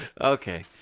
okay